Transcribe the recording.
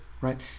right